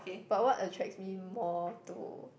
but what attracts me more to